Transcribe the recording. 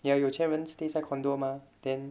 ya 有钱人 stays 在 condo mah then